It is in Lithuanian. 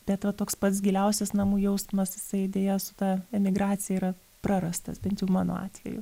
bet va toks pats giliausias namų jausmas jisai deja su ta emigracija yra prarastas bent jau mano atveju